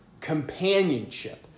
Companionship